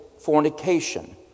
fornication